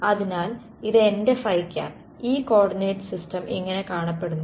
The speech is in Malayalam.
അതിനാൽ ഇത് എന്റെ ഈ കോർഡിനേറ്റ് സിസ്റ്റം ഇങ്ങനെ കാണപ്പെടുന്നു